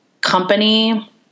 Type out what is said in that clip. company